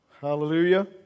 Hallelujah